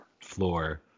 floor